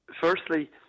Firstly